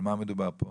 על מה מדובר פה?